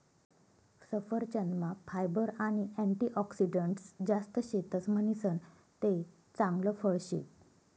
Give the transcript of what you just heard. सफरचंदमा फायबर आणि अँटीऑक्सिडंटस जास्त शेतस म्हणीसन ते चांगल फळ शे